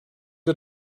wir